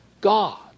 God